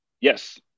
Yes